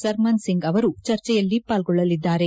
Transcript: sermon Singh ಅವರು ಚರ್ಚೆಯಲ್ಲಿ ಪಾಲ್ಗೊಳ್ಳಲಿದ್ದಾರೆ